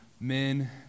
men